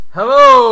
Hello